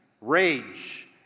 rage